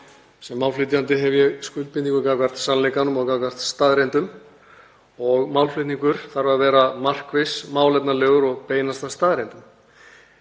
Sem málflytjandi hef ég skuldbindingu gagnvart sannleikanum og gagnvart staðreyndum og málflutningur þarf að vera markviss, málefnalegur og beinast að staðreyndum.